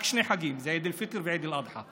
רק שני חגים, עיד אל-פיטר ועיד אל-אדחא.